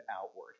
outward